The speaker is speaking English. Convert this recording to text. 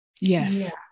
yes